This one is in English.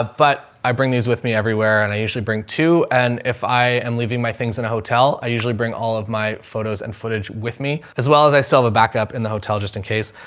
ah but i bring these with me everywhere and i usually bring two. and if i am leaving my things in a hotel, i usually bring all of my photos and footage with me as well as i still have a backup in the hotel just in case.